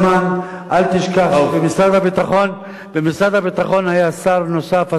אל תשכח שבמשרד הביטחון היה שר נוסף,